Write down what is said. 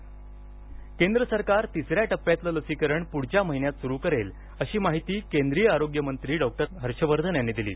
तिसऱ्या टप्प्यातलं लसीकरण केंद्र सरकार तिसऱ्या टप्प्यातलं लसीकरण पुढच्या महिन्यात सुरू करेल अशी माहिती केंद्रीय आरोग्यमंत्री डॉक्टर हर्षवर्धन यांनी दिली